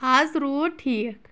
از روٗد ٹھیٖک